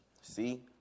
See